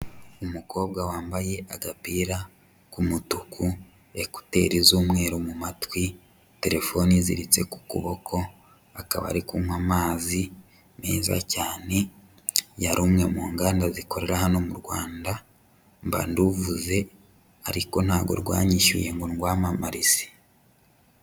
Umukobwa wambaye agapira k'umutuku, ekuteri z'umweru mu matwi, telefone iziritse ku kuboko, akaba ari kunywa amazi meza cyane ya rumwe mu nganda zikorera hano mu Rwanda mba nduvuze ariko ntago rwanyishyuye ngo ndwamamarize.